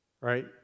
right